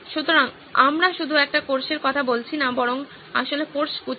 সুতরাং আমরা শুধু একটি কোর্সের কথা বলছি না বরং আসলে কোর্সগুচ্ছ